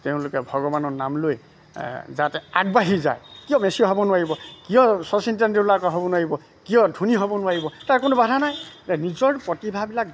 তেওঁলোকে ভগৱানৰ নাম লৈ যাতে আগবাঢ়ি যায় কিয় মেচি হ'ব নোৱাৰিব কিয় শচীন তেন্দুলকাৰ হ'ব নোৱাৰিব কিয় ধোনী হ'ব নোৱাৰিব তাৰ কোনো বাধা নাই নিজৰ প্ৰতিভাবিলাক